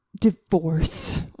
divorce